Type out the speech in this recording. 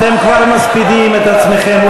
אתם כבר מספידים את עצמכם.